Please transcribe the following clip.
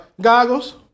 Goggles